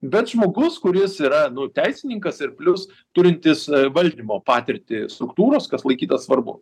bet žmogus kuris yra nu teisininkas ir plius turintis valdymo patirtį struktūros kas laikyta svarbu